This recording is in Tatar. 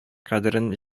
кадерен